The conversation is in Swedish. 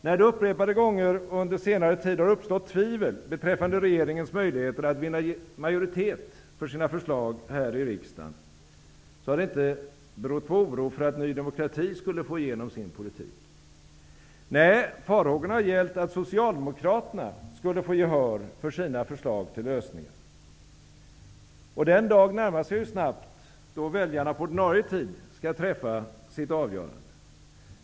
När det upprepade gånger under senare tid har uppstått tvivel beträffande regeringens möjligheter att vinna majoritet för sina förslag här i riksdagen, har det inte berott på oro för att Ny demokrati skulle få igenom sin politik. Nej, farhågorna har gällt att Socialdemokraterna skulle få gehör för sina förslag till lösningar. Den dag närmar sig snabbt, då väljarna på ordinarie tid skall träffa sitt avgörande.